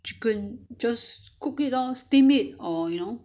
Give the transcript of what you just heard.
chicken just cook it lor steam it or you know